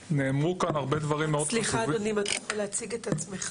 אני אתחיל בקצרה על הקמת הוועד כדי שתבינו,